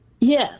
Yes